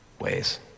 ways